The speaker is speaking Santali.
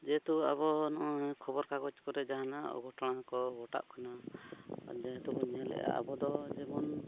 ᱡᱮᱦᱮᱛᱩ ᱟᱵᱚ ᱱᱚᱜᱼᱚᱭ ᱠᱷᱚᱵᱚᱨ ᱠᱟᱜᱚᱡᱽ ᱠᱚᱨᱮᱜ ᱡᱟᱦᱟᱱᱟᱜ ᱚᱜᱷᱚᱴᱚᱱ ᱠᱚ ᱜᱷᱚᱴᱟᱜ ᱠᱟᱱᱟ ᱡᱮᱦᱮᱛᱩ ᱵᱚᱱ ᱧᱮᱞᱮᱜᱼᱟ ᱟᱵᱚ ᱫᱚ ᱡᱮᱢᱚᱱ